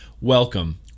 welcome